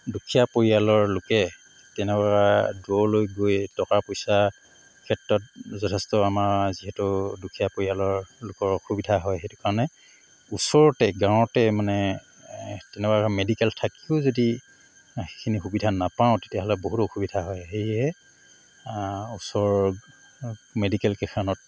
দুখীয়া পৰিয়ালৰ লোকে তেনেকুৱা দূৰলৈ গৈ টকা পইচাৰ ক্ষেত্ৰত যথেষ্ট আমাৰ যিহেতু দুখীয়া পৰিয়ালৰ লোকৰ অসুবিধা হয় সেইটো কাৰণে ওচৰতে গাঁৱতে মানে তেনেকুৱাকৈ মেডিকেল থাকিও যদি সেইখিনি সুবিধা নাপাওঁ তেতিয়াহ'লে বহুত অসুবিধা হয় সেয়ে ওচৰৰ মেডিকেল কেইখনত